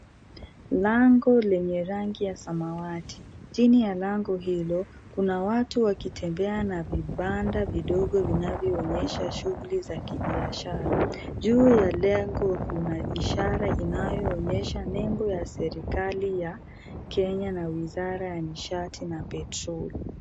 Lango lenye rangi ya samawati, chini ya lango hilo kuna watu wakitembea na vibanda vidogo vinavyoonyesha shughuli za kibiashara. Juu ya lango kuna ishara inayoonyesha nembo ya serikali ya Kenya na wizara ya nishati na petroli.